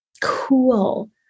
Cool